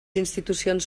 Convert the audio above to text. institucions